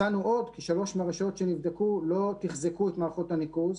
עוד מצאנו כי שלוש מהרשויות שנבדקו לא תחזקו את מערכות הניקוז,